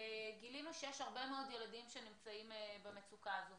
גילינו שיש הרבה מאוד ילדים שנמצאים במצוקה הזאת.